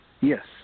Yes